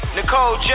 Nicole